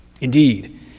Indeed